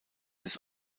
des